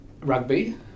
rugby